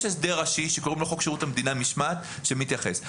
יש הסדר ראשי שקוראים לו חוק שירות המדינה (משמעת) שמתייחס.